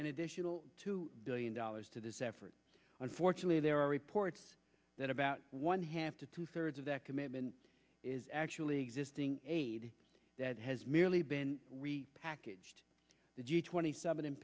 an additional two billion dollars to this effort unfortunately there are reports that about one half to two thirds of that commitment is actually existing aid that has merely been packaged the g twenty s